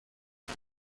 های